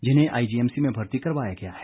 जिन्हें आईजीएमसी में भर्ती करवाया गया है